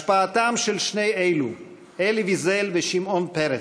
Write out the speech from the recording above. השפעתם של שני אלו, אלי ויזל ושמעון פרס,